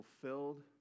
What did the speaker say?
fulfilled